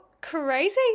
Crazy